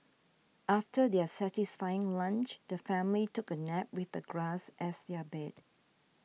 after their satisfying lunch the family took a nap with the grass as their bed